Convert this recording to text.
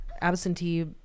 absentee